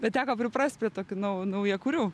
bet teko priprast prie tokių nau naujakurių